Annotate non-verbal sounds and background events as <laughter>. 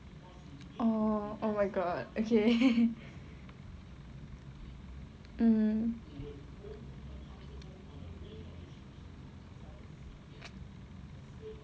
oh my god okay <laughs> um